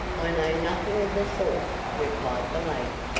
i know nothing of the sort, replied the lady,